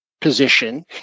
position